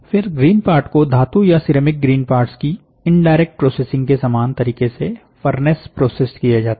फिर green part को घातु या सिरेमिक ग्रीन पार्ट्स की इनडायरेक्ट प्रोसेसिंग के समान तरीके से फर्नेस प्रोसेस्ड किया जाता है